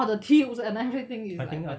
all the tubes and everything is like